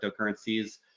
cryptocurrencies